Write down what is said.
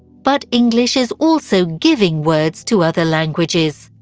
but english is also giving words to other languages.